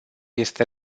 este